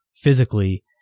physically